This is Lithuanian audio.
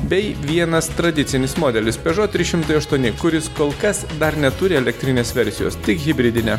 bei vienas tradicinis modelis pežo trys šimtai aštuoni kuris kol kas dar neturi elektrinės versijos tik hibridinę